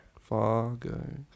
Fargo